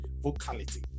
vocality